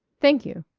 thank you.